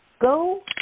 Go